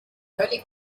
völlig